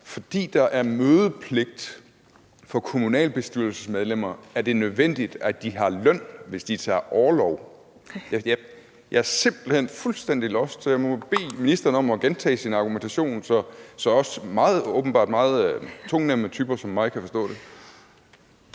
Fordi der er mødepligt for kommunalbestyrelsesmedlemmer, er det nødvendigt, at de har løn, hvis de tager orlov. Jeg er simpelt hen fuldstændig lost, så jeg må bede ministeren om at gentage sin argumentation, så også – åbenbart – meget tungnemme typer som mig kan forstå det.